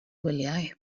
gwyliau